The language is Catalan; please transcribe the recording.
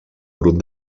grup